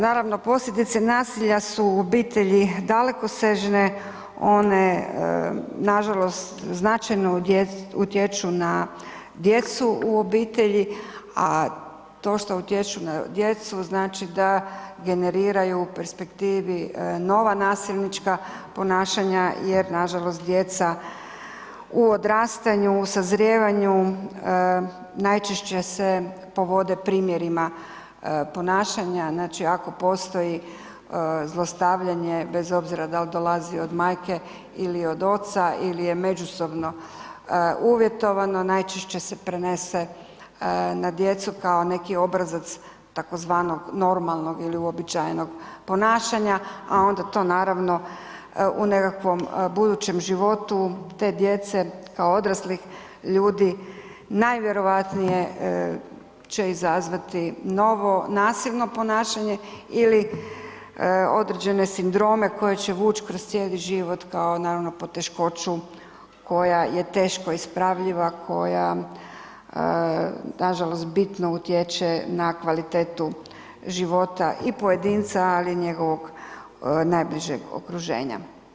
Naravno, posljedice nasilja su u obitelji dalekosežne, one nažalost značajno utječu na djecu u obitelji, a to što utječu na djecu znači da generiraju perspektivi nova nasilnička ponašanja jer nažalost djeca u odrastanju, sazrijevanju, najčešće se povode primjerima ponašanja, znači ako postoji zlostavljanje bez obzira dal dolazi od majke ili od oca ili je međusobno uvjetovano, najčešće se prenese na djecu kao neki obrazac tzv. normalnog ili uobičajenog ponašanja, a onda to naravno u nekakvom budućem životu te djece kao odraslih ljudi najvjerojatnije će izazvati novo nasilno ponašanje ili određene sindrome koje će vuć kroz cijeli život kao naravno poteškoću koja je teško ispravljiva, koja nažalost bitno utječe na kvalitetu života i pojedinca, ali i njegovog najbližeg okruženja.